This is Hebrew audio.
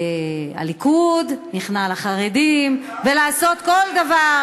הליכוד נכנע לחרדים, ולעשות כל דבר,